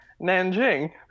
Nanjing